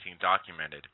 documented